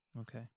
Okay